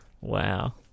Wow